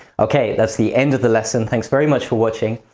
okay, that's the end of the lesson. thanks very much for watching.